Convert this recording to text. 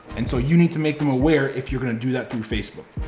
and so you need to make them aware if you're gonna do that through facebook.